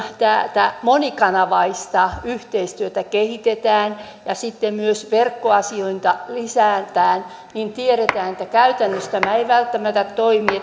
tätä monikanavaista yhteistyötä kehitetään ja sitten myös verkkoasiointia lisätään tiedetään että käytännössä tämä ei välttämättä toimi